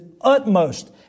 utmost